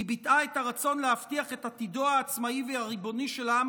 היא ביטאה את הרצון להבטיח את עתידו העצמאי והריבוני של העם